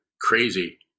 crazy